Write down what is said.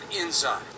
inside